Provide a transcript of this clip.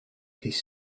his